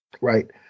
right